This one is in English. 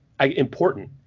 important